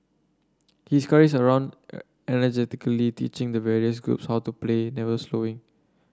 he scurries around energetically teaching the various groups how to play never slowing